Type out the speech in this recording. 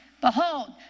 Behold